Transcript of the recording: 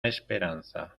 esperanza